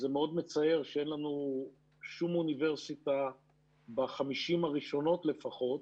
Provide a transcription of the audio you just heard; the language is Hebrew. זה מאוד מצער שאין לנו שום אוניברסיטה ב-50 הראשונות לפחות.